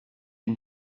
une